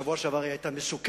בשבוע שעבר היא היתה מסוכנת,